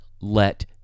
let